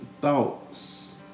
thoughts